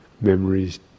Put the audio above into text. memories